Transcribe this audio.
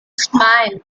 smile